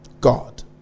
God